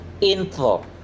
Intro